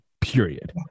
period